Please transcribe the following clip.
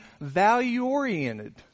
value-oriented